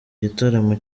gitaramo